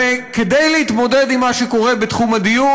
וכדי להתמודד עם מה שקורה בתחום הדיור,